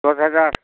दस हाजार